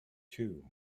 two